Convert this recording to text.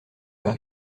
leur